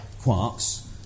quarks